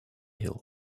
hill